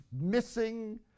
missing